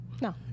No